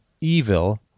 evil